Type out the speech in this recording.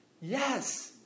Yes